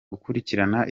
gukurikirana